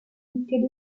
unité